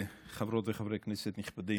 חברות וחברי כנסת נכבדים,